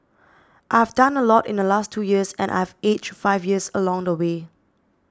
I have done a lot in the last two years and I have aged five years along the way